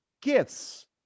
gifts 。